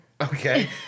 Okay